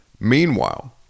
Meanwhile